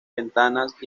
ventanas